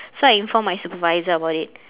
so I informed my supervisor about it